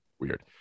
Weird